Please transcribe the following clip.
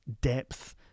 depth